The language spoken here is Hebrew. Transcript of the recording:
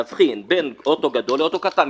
להבחין בין אוטו גדול לאוטו קטן.